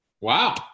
Wow